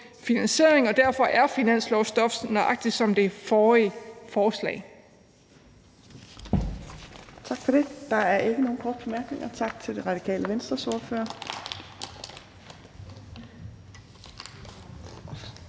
finansiering og derfor er finanslovsstof nøjagtig som det forrige forslag.